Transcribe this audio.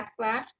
backslash